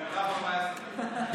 מירב 14 דקות.